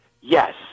yes